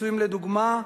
(פיצויים לדוגמה),